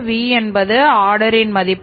V என்பது order இன் மதிப்பு